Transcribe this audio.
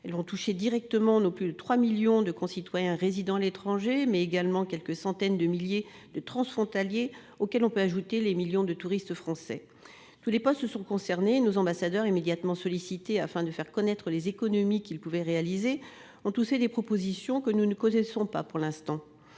Elles vont toucher directement plus de trois millions de nos concitoyens résidant à l'étranger, mais aussi quelques centaines de milliers de transfrontaliers et les millions de touristes français. Tous les postes sont concernés et nos ambassadeurs, immédiatement sollicités pour faire connaître les économies qu'ils pouvaient réaliser, ont tous fait des propositions, que pour l'instant